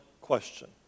question